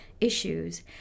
issues